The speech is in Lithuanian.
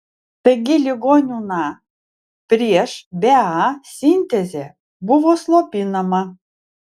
taigi ligonių na prieš bea sintezė buvo slopinama